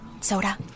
Soda